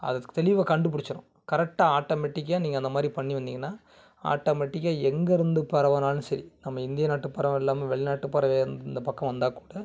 அது தெளிவாக கண்டிபிடிச்சிடும் கரெக்டா ஆட்டோமேட்டிக்கா நீங்கள் அந்த மாதிரி பண்ணீருந்திங்கன்னா ஆட்டோமேட்டிக்கா எங்கே இருந்து பறவைனாலும் சரி நம்ம இந்திய நாட்டு பறவை இல்லாமல் வெளி நாட்டு பறவையாக இந்த பக்கம் வந்தாக்கூட